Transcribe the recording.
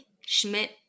Schmidt